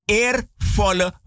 eervolle